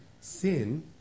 sin